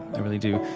i really do.